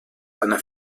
einer